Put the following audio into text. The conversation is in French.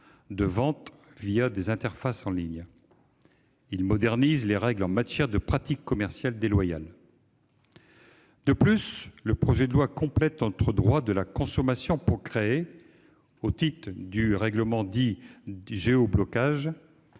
de ventes des interfaces en ligne. Il modernise les règles en vigueur face aux pratiques commerciales déloyales. De plus, le projet de loi complète notre droit de la consommation : au titre du règlement dit « géoblocage »,